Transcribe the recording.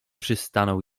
przystanął